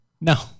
No